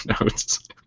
notes